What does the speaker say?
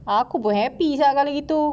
aku buat happy sia kalau begitu